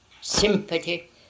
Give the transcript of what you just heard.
sympathy